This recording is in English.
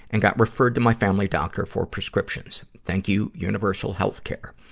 and got referred to my family doctor for prescriptions. thank you, universal healthcare.